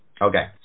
Okay